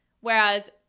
whereas